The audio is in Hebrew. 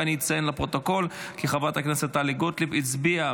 ואציין לפרוטוקול כי חברת הכנסת טלי גוטליב הצביעה